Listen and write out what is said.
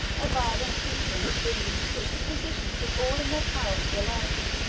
a violent fever intervened, which the physicians did all in their power to allay.